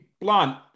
blunt